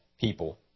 people